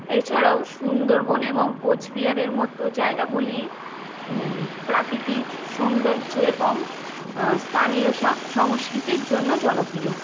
এছাড়াও সুন্দরবন এবং কোচবিহারের মতো জায়গাগুলি প্রাকৃতিক সৌন্দর্য এবং স্তানীয় সা সংস্কৃতির জন্য জনপ্রিয়